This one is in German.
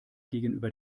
gegenüber